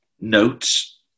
notes